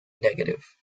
negative